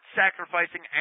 sacrificing